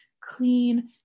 clean